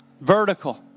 vertical